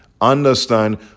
understand